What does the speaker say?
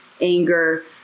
anger